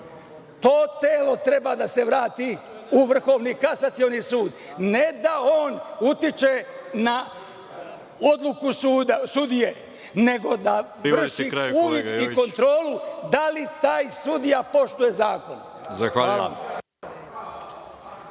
To telo treba da se vrati u Vrhovni kasacioni sud, ne da on utiče na odluku sudije, nego da vrši uvid i kontrolu da li taj sudija poštuje zakon.